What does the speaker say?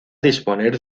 disponer